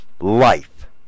life